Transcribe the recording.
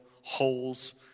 holes